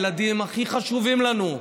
כי אלה הילדים הכי חשובים לנו,